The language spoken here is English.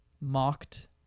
mocked